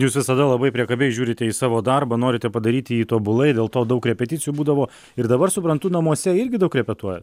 jūs visada labai priekabiai žiūrite į savo darbą norite padaryti jį tobulai dėl to daug repeticijų būdavo ir dabar suprantu namuose irgi daug repetuoja